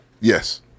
yes